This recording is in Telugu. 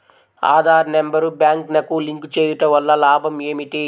ఆధార్ నెంబర్ బ్యాంక్నకు లింక్ చేయుటవల్ల లాభం ఏమిటి?